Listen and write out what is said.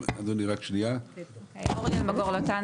שאלה ממרכז המחקר והמידע.